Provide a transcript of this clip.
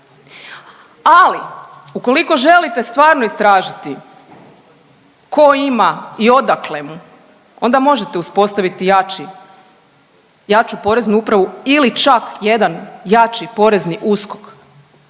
ali ukoliko želite stvarno istražiti tko ima i odakle mu onda možete uspostaviti jači, jaču Poreznu upravu ili čak jedan jači porezni USKOK.